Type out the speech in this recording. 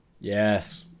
Yes